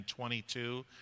22